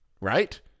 right